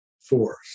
force